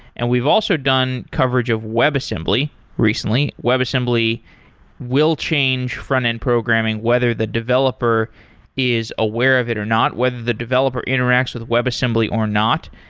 and we've also done coverage of webassembly recently. webassembly will change frontend programming whether the developer is aware of it or not, whether the developer interacts with webassembly or not.